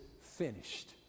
finished